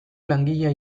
langilea